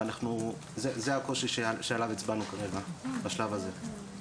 וזה הקושי שעליו הצבענו כרגע, בשלב הזה.